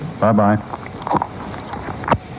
bye-bye